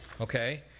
Okay